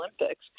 Olympics